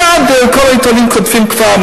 מייד כל העיתונים כותבים כבר,